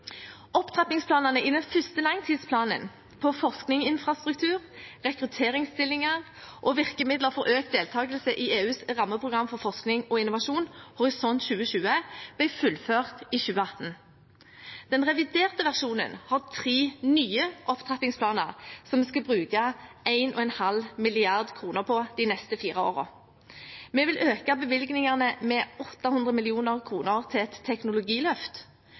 Opptrappingsplanene i den første langtidsplanen – på forskningsinfrastruktur, rekrutteringsstillinger og virkemidler for økt deltakelse i EUs rammeprogram for forskning og innovasjon, Horisont 2020 – ble fullført i 2018. Den reviderte versjonen har tre nye opptrappingsplaner som vi skal bruke 1,5 mrd. kr på de neste fire årene. Vi vil øke bevilgningene med 800 mill. kr til et teknologiløft.